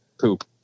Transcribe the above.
poop